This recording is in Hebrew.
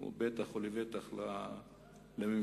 ובטח ובטח לממשלה,